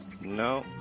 No